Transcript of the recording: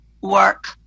work